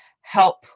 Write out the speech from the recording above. help